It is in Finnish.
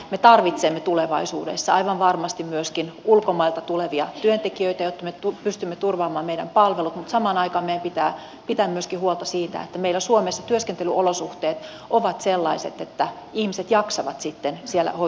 me tarvitsemme tulevaisuudessa aivan varmasti myöskin ulkomailta tulevia työntekijöitä jotta me pystymme turvaamaan meidän palvelut mutta samaan aikaan meidän pitää pitää myöskin huolta siitä että meillä suomessa työskentelyolosuhteet ovat sellaiset että ihmiset jaksavat sitten siellä voi